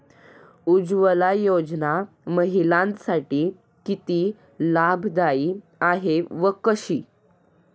उज्ज्वला योजना महिलांसाठी किती लाभदायी आहे व कशी?